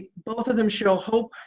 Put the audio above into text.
both of them show hope,